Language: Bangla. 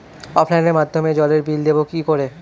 অফলাইনে মাধ্যমেই জলের বিল দেবো কি করে?